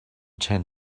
ten